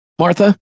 Martha